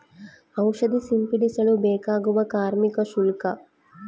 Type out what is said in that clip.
ಔಷಧಿ ಸಿಂಪಡಿಸಲು ಬೇಕಾಗುವ ಕಾರ್ಮಿಕ ಶುಲ್ಕ?